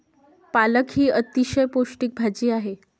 पालक ही अतिशय पौष्टिक भाजी आहे